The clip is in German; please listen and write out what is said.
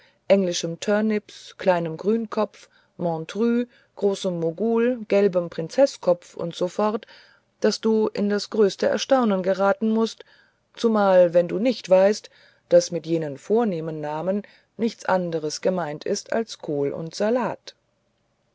kleinem grünkopf montrue großem mogul gelbem prinzenkopf u s f daß du in das größeste erstaunen geraten mußt zumal wenn du nicht weißt daß mit jenen vornehmen namen nichts anders gemeint ist als kohl und salat